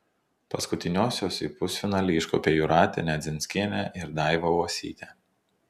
paskutiniosios į pusfinalį iškopė jūratė nedzinskienė ir daiva uosytė